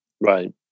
Right